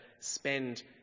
spend